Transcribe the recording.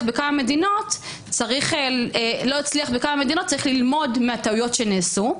בכמה מדינות צריך ללמוד מהטעויות שנעשו,